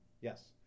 Yes